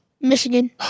Michigan